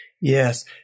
Yes